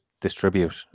distribute